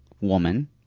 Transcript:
woman